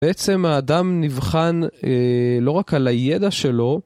בעצם האדם נבחן לא רק על הידע שלו,